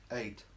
eight